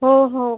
हो हो